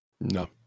No